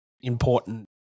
important